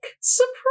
surprise